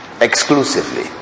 Exclusively